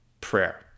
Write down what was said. Prayer